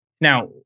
Now